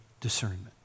discernment